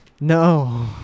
no